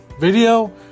video